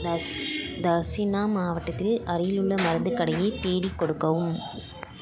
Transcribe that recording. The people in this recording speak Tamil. தஸ் தக்ஷிணா மாவட்டத்தில் அருகிலுள்ள மருந்துக் கடையை தேடிக் கொடுக்கவும்